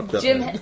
Jim